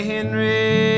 Henry